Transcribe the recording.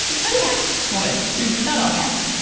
some cats would. not all cats.